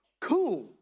Cool